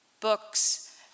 Books